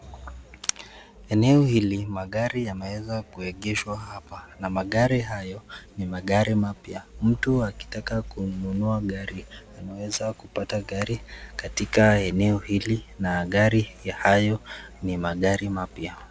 Eneo hili magari yameweza kuegeshwa hapa na magari hayo ni magari mapya. Mtu akitaka kununua gari, anaweza kupata gari katika eneo hili na gari ya hayo ni magari mapya.